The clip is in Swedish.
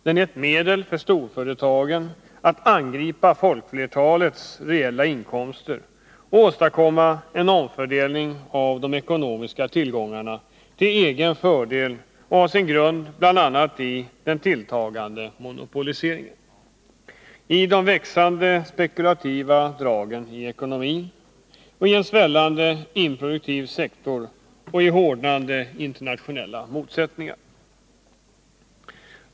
Den är ett medel för storföretagen att angripa folkflertalets reella inkomster och åstadkomma en omfördelning av de ekonomiska tillgångarna till egen fördel och har sin grund bl.a. i den tilltagande monopoliseringen, i de växande spekulativa dragen i ekonomin, i en svällande improduktiv sektor och i hårdnande internationella motsättningar.